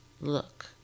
look